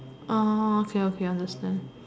orh okay okay understand